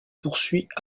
poursuit